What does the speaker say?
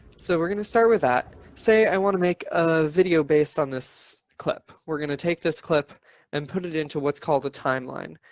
so we're going to start with that. say, i want to make a video based on this clip. we're going to take this clip and put it into what's called a timeline.